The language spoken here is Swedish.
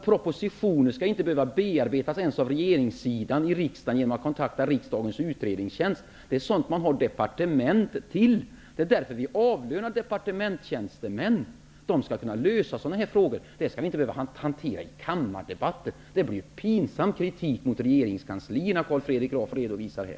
Propositioner skall inte behöva bearbetas genom regeringssidan i riksdagen av riksdagens utredningstjänst. Det är sådant som departementen är till för. Det är därför vi avlönar departementstjänstemän; de skall kunna lösa sådana här frågor -- som inte skall behöva hanteras i kammardebatter. Det är en pinsam kritik mot regeringskanslierna som Carl Fredrik Graf här redovisar.